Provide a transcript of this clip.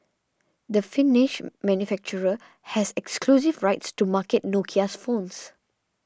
the Finnish manufacturer has exclusive rights to market Nokia's phones